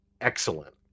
excellent